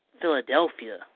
Philadelphia